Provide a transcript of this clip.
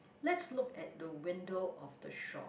let's look at the window of the shop